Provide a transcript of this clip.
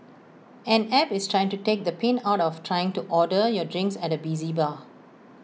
an app is trying to take the pain out of trying to order your drinks at A busy bar